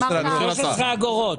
13 אגורות.